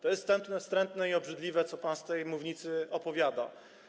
To jest wstrętne i obrzydliwe, co pan z tej mównicy opowiada.